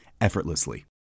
effortlessly